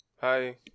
Hi